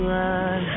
run